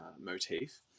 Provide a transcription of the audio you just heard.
motif